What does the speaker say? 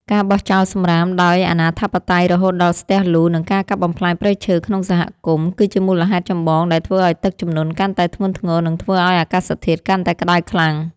ការបោះចោលសំរាមដោយអនាធិបតេយ្យរហូតដល់ស្ទះលូ និងការកាប់បំផ្លាញព្រៃឈើក្នុងសហគមន៍ គឺជាមូលហេតុចម្បងដែលធ្វើឱ្យទឹកជំនន់កាន់តែធ្ងន់ធ្ងរ និងធ្វើឱ្យអាកាសធាតុកាន់តែក្ដៅខ្លាំង។